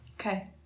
okay